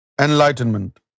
enlightenment